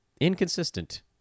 inconsistent